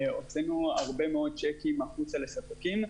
הוצאנו הרבה מאוד שיקים החוצה לספקים,